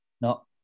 No